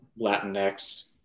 latinx